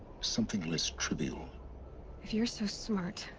something less trivial if you're so smart.